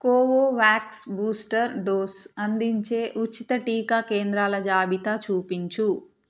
Covovax booster dose అందించే ఉచిత టీకా కేంద్రాల జాబితా చూపించు